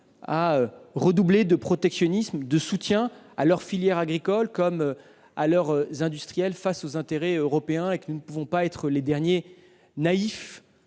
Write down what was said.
à redoubler de protectionnisme et à soutenir leurs filières agricoles et leurs secteurs industriels face aux intérêts européens. Nous ne pouvons pas être les derniers naïfs